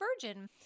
Virgin